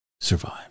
survive